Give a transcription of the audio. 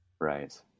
right